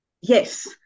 Yes